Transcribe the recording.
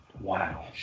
Wow